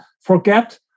forget